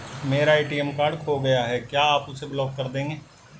मेरा ATM card खो गया है क्या आप उसे ब्लॉक कर देंगे?